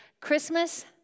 Christmas